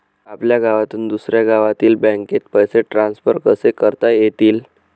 आपल्या गावातून दुसऱ्या गावातील बँकेत पैसे ट्रान्सफर कसे करता येतील?